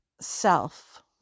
self